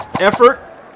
effort